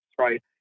right